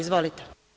Izvolite.